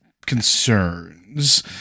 concerns